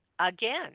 again